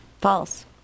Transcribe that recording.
False